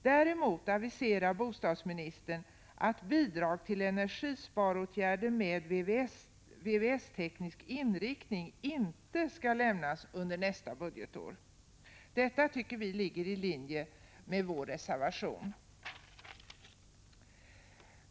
Däremot aviserar bostadsministern att bidrag till energisparåtgärder med VVS-teknisk inriktning inte skall lämnas under nästa budgetår. Detta tycker vi ligger i linje med vår reservation.